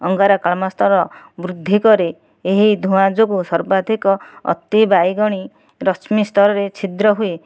ଅଙ୍ଗାରକାମ୍ଳ ସ୍ତର ବୃଦ୍ଧି କରି ଏହି ଧୂଆଁ ଯୋଗୁଁ ସର୍ବାଧିକ ଅତି ବାଇଗଣୀ ରଶ୍ମି ସ୍ତରରେ ଛିଦ୍ର ହୁଏ